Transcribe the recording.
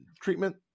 treatment